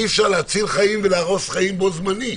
אי-אפשר להציל חיים ולהרוס חיים בו זמנית.